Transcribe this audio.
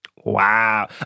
Wow